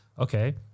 Okay